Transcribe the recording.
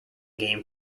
game